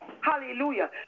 Hallelujah